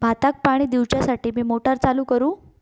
भाताक पाणी दिवच्यासाठी मी मोटर चालू करू?